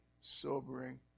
sobering